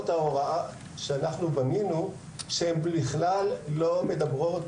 יחידות ההוראה שבנינו בכלל לא מדברות